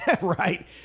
Right